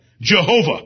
Jehovah